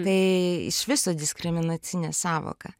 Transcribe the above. tai iš viso diskriminacinė sąvoka